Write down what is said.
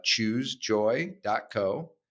choosejoy.co